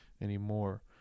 anymore